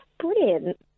brilliant